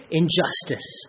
injustice